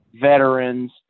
veterans